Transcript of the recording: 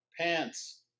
Pants